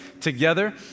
together